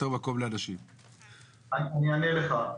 אני אענה לך: